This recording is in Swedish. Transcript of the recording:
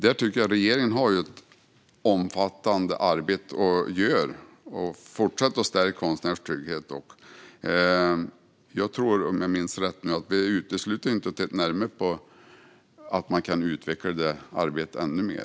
Där har regeringen ett omfattande arbete att göra för att fortsätta stärka konstnärernas trygghet. Om jag minns rätt utesluter man i regeringen inte att titta närmare på att utveckla detta arbete ännu mer.